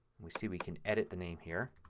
we see we can edit the name here.